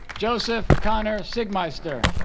joseph connor siegmeister